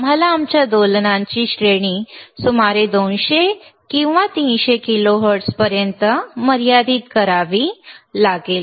आम्हाला आमच्या दोलनांची श्रेणी सुमारे 200 किंवा 300 किलोहर्ट्झ पर्यंत मर्यादित करावी लागेल